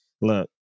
look